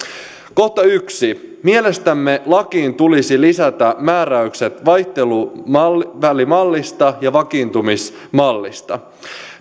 kohta mielestämme lakiin tulisi lisätä määräykset vaihteluvälimallista ja vakiintumismallista